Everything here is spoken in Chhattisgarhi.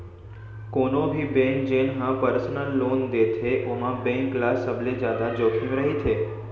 कोनो भी बेंक जेन ह परसनल लोन देथे ओमा बेंक ल सबले जादा जोखिम रहिथे